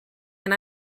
and